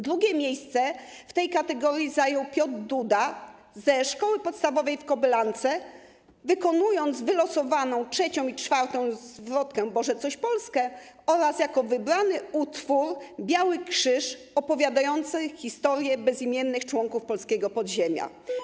Drugie miejsce w tej kategorii zajął Piotr Duda ze Szkoły Podstawowej w Kobylance, wykonując wylosowaną trzecią i czwartą zwrotkę ˝Boże, coś Polskę˝ oraz jako wybrany utwór ˝Biały krzyż˝, opowiadający historię bezimiennych członków polskiego podziemia.